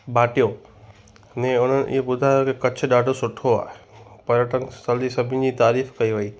भाटियो ने उन्हनि इहो ॿुधायो कि कच्छ ॾाढो सूठो आहे पर्यटक स्थल जी सभिनी जी तारीफ़ कई वेई